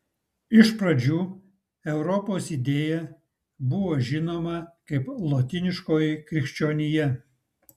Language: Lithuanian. iš pradžių europos idėja buvo žinoma kaip lotyniškoji krikščionija